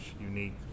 unique